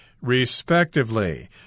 respectively